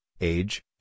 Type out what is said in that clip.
age